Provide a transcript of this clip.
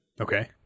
Okay